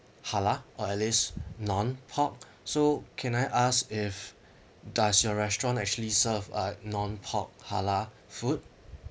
halal or at least non pork so can I ask if does your restaurant actually serve a non pork halal food